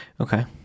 Okay